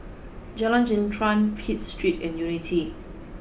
Jalan Jintan Pitt Street and Unity